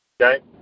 Okay